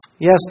Yes